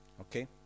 okay